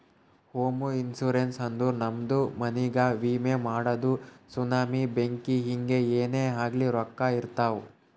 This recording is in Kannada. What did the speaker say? ಹೋಮ ಇನ್ಸೂರೆನ್ಸ್ ಅಂದುರ್ ನಮ್ದು ಮನಿಗ್ಗ ವಿಮೆ ಮಾಡದು ಸುನಾಮಿ, ಬೆಂಕಿ ಹಿಂಗೆ ಏನೇ ಆಗ್ಲಿ ರೊಕ್ಕಾ ಬರ್ತಾವ್